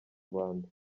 rwanda